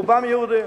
רובם יהודים,